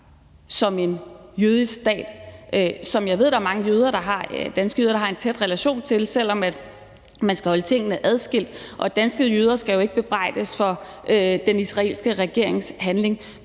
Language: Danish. som en jødisk stat, som jeg ved at der er mange danske jøder der har en tæt relation til, selv om man skal holde tingene adskilt. Og danske jøder skal jo ikke bebrejdes for den israelske regerings handling.